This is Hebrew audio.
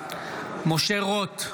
בעד משה רוט,